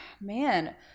man